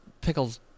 Pickles